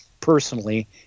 personally